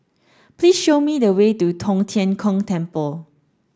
please show me the way to Tong Tien Kung Temple